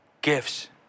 gifts